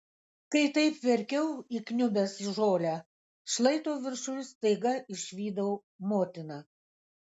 kai taip verkiau įkniubęs į žolę šlaito viršuj staiga išvydau motiną